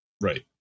Right